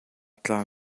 tla